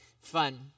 fun